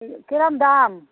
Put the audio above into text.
কিরম দাম